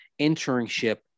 internship